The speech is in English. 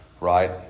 right